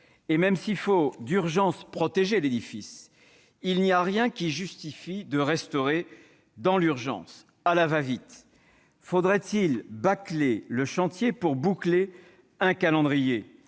Et même s'il faut d'urgence protéger l'édifice, il n'y a rien qui justifie de restaurer dans l'urgence, à la va-vite. Faudrait-il bâcler le chantier pour boucler un calendrier ?